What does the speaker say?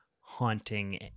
haunting